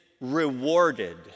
rewarded